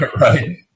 right